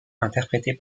interprétée